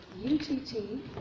UTT